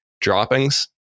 droppings